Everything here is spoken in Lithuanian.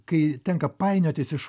kai tenka painiotis iš